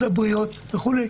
מינון.